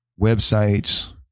websites